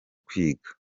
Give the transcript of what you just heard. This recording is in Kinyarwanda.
kwiga